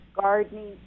gardening